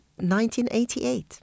1988